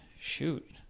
shoot